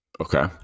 Okay